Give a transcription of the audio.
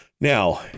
Now